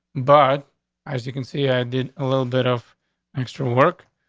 but as you can see, i did a little bit off extra work.